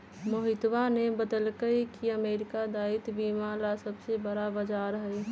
मोहितवा ने बतल कई की अमेरिका दायित्व बीमा ला सबसे बड़ा बाजार हई